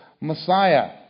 Messiah